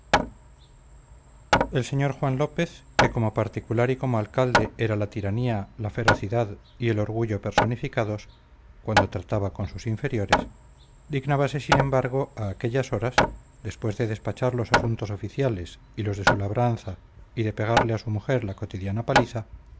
el señor juan lópez que como particular y como alcalde era la tiranía la ferocidad y el orgullo personificados cuando trataba con sus inferiores dignábase sin embargo a aquellas horas después de despachar los asuntos oficiales y los de su labranza y de pegarle a su mujer su cotidiana paliza